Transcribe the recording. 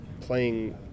playing